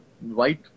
white